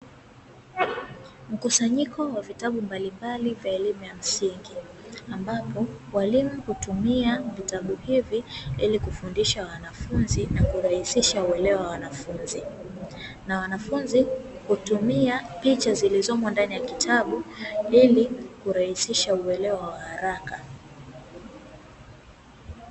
Mkusanyiko wa vitabu mbalimbali vya elimu ya msingi ambapo walimu hutumia vitabu hivi ili kufundisha wanafunzi na kurahisisha uelewa wa wanafunzi, na wanafunzi hutumia picha zilizomo ndani ya kitabu ili kurahisisha uelewa wa haraka.